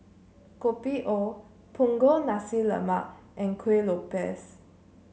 Kopi O Punggol Nasi Lemak and Kuih Lopes